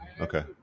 okay